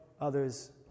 others